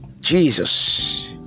Jesus